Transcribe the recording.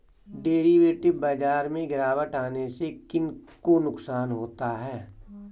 Derivative बाजार में गिरावट आने से किन को नुकसान होता है?